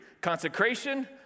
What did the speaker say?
Consecration